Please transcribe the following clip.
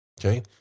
Okay